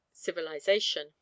civilization